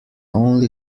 only